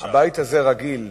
הבית הזה רגיל,